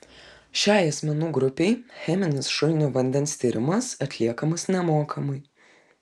šiai asmenų grupei cheminis šulinio vandens tyrimas atliekamas nemokamai